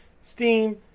steam